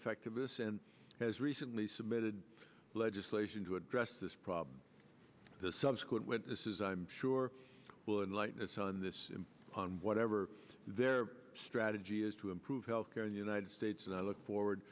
effectiveness and has recently submitted legislation to address this problem the subsequent witnesses i'm sure will enlighten us on this on whatever their strategy is to improve health care in the united states and i look forward